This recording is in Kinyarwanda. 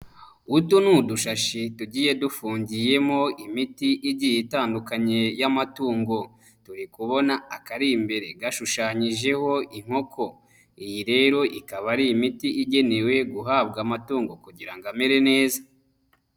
Utu ni udushashi tugiye dufungiyemo imiti igiye itandukanye y'amatungo. Turi kubona akari imbere gashushanyijeho inkoko. Iyi rero ikaba ari imiti igenewe guhabwa amatungo kugira ngo amere neza.